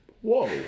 Whoa